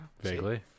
Vaguely